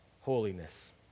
holiness